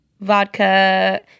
vodka